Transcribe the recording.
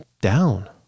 down